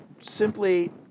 simply